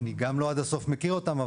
אני גם לא עד הסוף מכיר אותם,